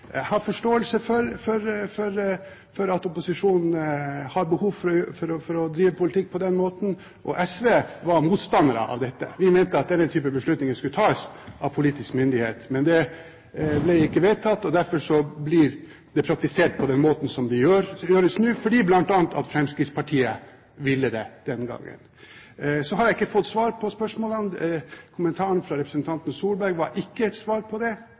Jeg har forståelse for at opposisjonen har behov for å drive politikk på den måten. SV var motstander av dette. Vi mente at denne type beslutninger skulle tas av politisk myndighet, men det ble ikke vedtatt. Derfor blir det praktisert på den måten som det gjøres nå, fordi bl.a. Fremskrittspartiet ville det den gangen. Så har jeg ikke fått svar på spørsmålene. Kommentaren fra representanten Solberg var ikke et svar på om man skal ta opp denne type enkeltsaker hver gang man skal markere misnøye med rød-grønn politikk. Det